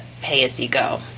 pay-as-you-go